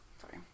Sorry